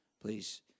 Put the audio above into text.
Please